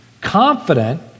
confident